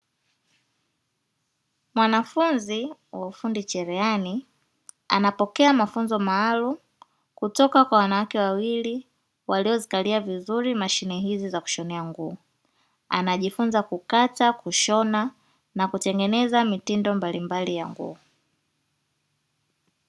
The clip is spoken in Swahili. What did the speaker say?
Mwanafunzi wa ufundi cherehani anapokea mafunzo maalumu kutoka kwa wanawake wawili waliokalia vizuri mashine hizi za kushonea nguo. Anajifunza kukata, kushona na kutengeneza mitindo mbalimbali ya nguo.